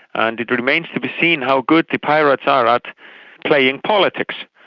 and it remains to be seen how good the pirates are at playing politics,